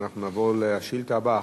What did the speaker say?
ואנחנו נעבור לשאילתא הבאה,